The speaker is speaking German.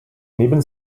neben